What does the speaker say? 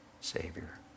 Savior